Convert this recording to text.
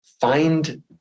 find